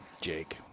Jake